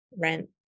rent